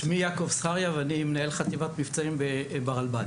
שמי יעקב זכריה, ואני מנהל חטיבת מבצעים ברלב"ד.